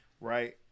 right